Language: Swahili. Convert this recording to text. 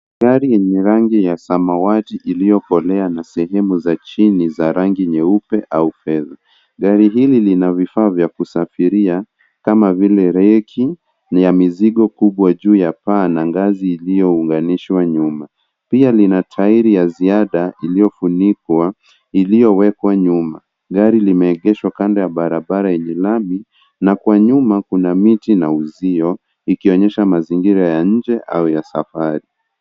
Gari yenye rangi ya samawati iliyokolea na sehemu za chini za rangi nyeupe au fedha. Gari hili lina vifaa vya kusafiria kama vile reki ni ya mizigo kubwa juu ya paa na ngazi iliyounganishwa nyuma, pia linatahiri ya ziada iliyofunikwa iliyowekwa nyuma. Gari limeekeshwa kando ya barabara yenye lami na kwa nyuma kuna miti na uzio ikionyesha mazingira ya nje au ya safari.